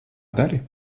dari